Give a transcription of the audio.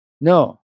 No